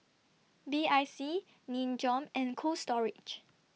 B I C Nin Jiom and Cold Storage